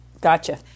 Gotcha